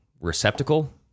receptacle